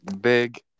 big